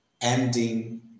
ending